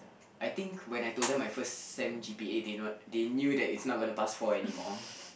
I think when I told them I first sem G_P_A they know they knew that it's not going to pass for anymore